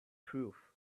truth